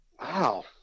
wow